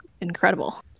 incredible